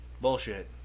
Bullshit